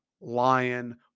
Lion